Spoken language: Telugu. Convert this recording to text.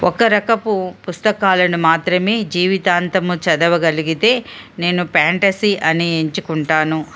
ఒక రకపు పుస్తకాలను మాత్రమే జీవితాంతము చదవగలిగితే నేను ఫ్యాంటసీ అని ఎంచుకుంటాను